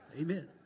Amen